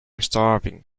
starving